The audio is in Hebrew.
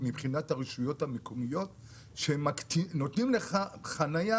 מבחינת הרשויות המקומיות שנותנים לך חניה,